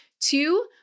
Two